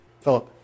philip